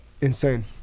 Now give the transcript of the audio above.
insane